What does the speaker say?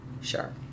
sure